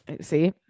See